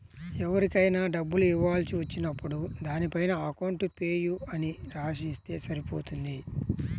ఎవరికైనా డబ్బులు ఇవ్వాల్సి వచ్చినప్పుడు దానిపైన అకౌంట్ పేయీ అని రాసి ఇస్తే సరిపోతుంది